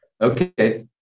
Okay